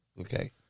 Okay